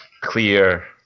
clear